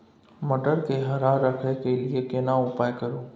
मटर के हरा रखय के लिए केना उपाय करू?